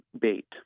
bait